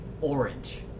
orange